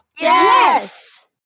Yes